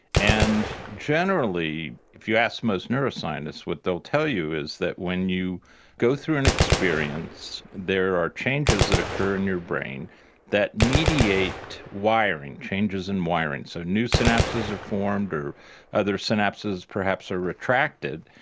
and generally if you ask most neuroscientists what they'll tell you is that when you go through an experience there are changes that occur in your brain that mediate wiring, changes in wiring. so new synapses are formed or other synapses perhaps are retracted.